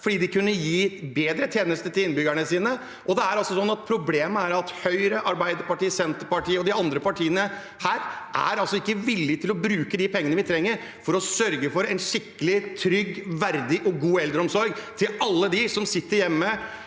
fordi man kunne gi bedre tjenester til innbyggerne sine. Problemet er at Høyre, Arbeiderpartiet, Senterpartiet og de andre partiene her ikke er villig til å bruke de pengene vi trenger for å sørge for en skikkelig, trygg, verdig og god eldreomsorg til alle dem som sitter hjemme.